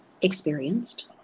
experienced